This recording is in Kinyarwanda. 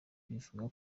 bivuga